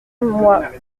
mois